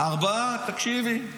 ארבעה, תקשיבי.